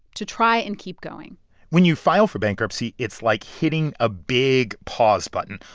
to try and keep going when you file for bankruptcy, it's like hitting a big pause button.